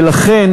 ולכן,